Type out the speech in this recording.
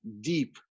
deep